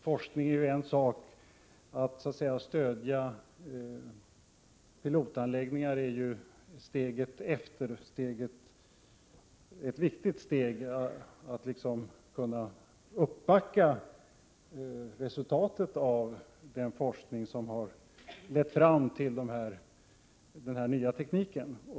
Forskning är en sak, och att stödja pilotanläggningar är steget efter — ett viktigt steg för att kunna backa upp resultaten av den forskning som har lett fram till den här nya tekniken.